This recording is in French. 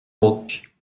rauque